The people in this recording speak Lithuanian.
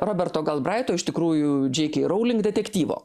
roberto galbraito iš tikrųjų džeiki rouling detektyvo